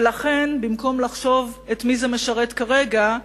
ולכן, במקום לחשוב את מי זה משרת כרגע,